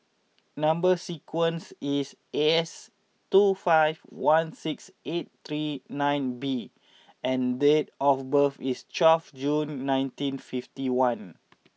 number sequence is S two five one six eight three nine B and date of birth is twelve June nineteen fifty one